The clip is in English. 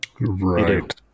right